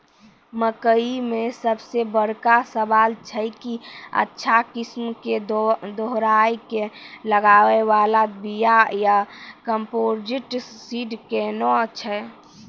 मकई मे सबसे बड़का सवाल छैय कि अच्छा किस्म के दोहराय के लागे वाला बिया या कम्पोजिट सीड कैहनो छैय?